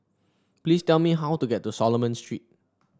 please tell me how to get to Solomon Street